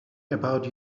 about